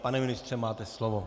Pane ministře, máte slovo.